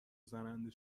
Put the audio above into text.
زننده